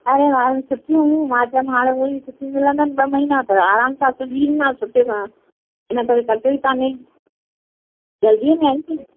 अरे हाणे छुट्टियूं हुइयूं मां चयो हाणे उअ ई छुट्टी मिलंदन ॿ महीना त आरामु सां सिबिंदीमांसि सुठे सां इन करे कटियो ई कोन्हे जल्दी में आहिनि की